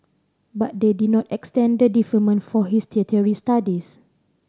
but they did not extend the deferment for his tertiary studies